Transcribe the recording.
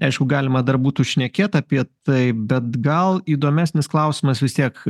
aišku galima dar būtų šnekėt apie taip bet gal įdomesnis klausimas vis tiek